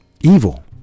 evil